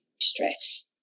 stress